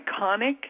Iconic